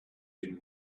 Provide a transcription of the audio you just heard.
been